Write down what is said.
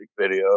video